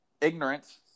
ignorance